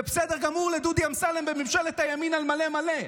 זה בסדר גמור לדודי אמסלם בממשלת הימין על מלא מלא,